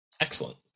Excellent